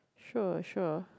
sure sure